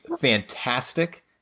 fantastic